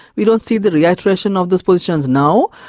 we don't see the reiteration of those positions now.